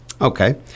okay